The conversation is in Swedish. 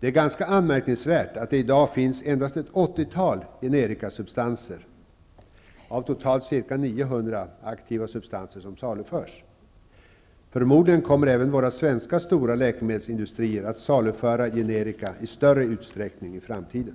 Det är ganska anmärkningsvärt att det i dag finns endast ett åttiotal generikasubstanser av totalt ca 900 aktiva substanser som saluförs. Förmodligen kommer även våra svenska stora läkemedelsindustrier att saluföra generika i större utsträckning i framtiden.